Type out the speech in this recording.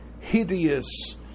hideous